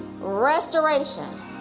restoration